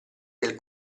del